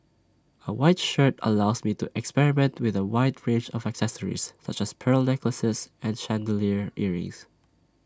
A white shirt allows me to experiment with A wide range of accessories such as pearl necklaces and chandelier earrings